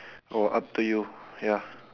oh up to you ya